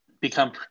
become